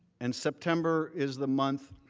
and september is the month